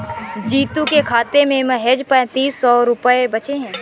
जीतू के खाते में महज पैंतीस सौ रुपए बचे हैं